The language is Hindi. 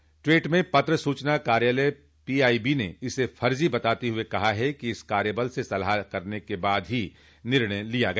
एक ट्वीट में पत्र सूचना कार्यालय पीआईबी ने इसे फर्जी बताते हुए कहा है कि इस कार्यबल से सलाह करने के बाद ही निर्णय लिया गया